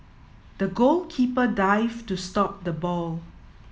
the goalkeeper dived to stop the ball